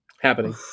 Happening